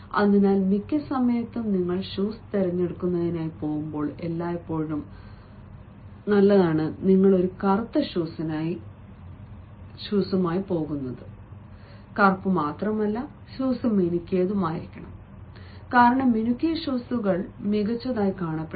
അതിനാൽ മിക്ക സമയത്തും നിങ്ങൾ ഷൂസ് തിരഞ്ഞെടുക്കുന്നതിനായി പോകുമ്പോൾ എല്ലായ്പ്പോഴും നല്ലതാണ് നിങ്ങൾ കറുത്ത നിറത്തിനായി പോയി മിനുക്കിയത് കാരണം മിനുക്കിയ ഷൂകൾ മികച്ചതായി കാണപ്പെടും